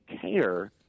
care